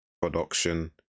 production